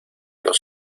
los